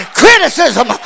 criticism